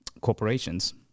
corporations